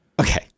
Okay